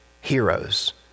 heroes